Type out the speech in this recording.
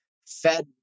Fed